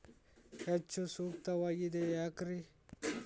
ಹೆಚ್ಚು ಸೂಕ್ತವಾಗಿದೆ ಯಾಕ್ರಿ?